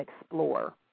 explore